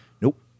Nope